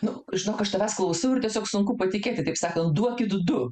nu žinok aš tavęs klausau ir tiesiog sunku patikėti taip sakant duokit du